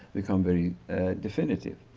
become very definitive.